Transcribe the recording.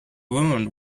wound